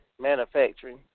manufacturing